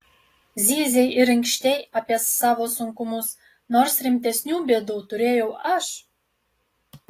zyzei ir inkštei apie savo sunkumus nors rimtesnių bėdų turėjau aš